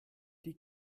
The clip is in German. die